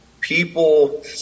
people